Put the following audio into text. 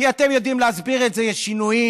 כי אתם יודעים להסביר את זה: יש שינויים,